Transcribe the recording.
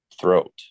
throat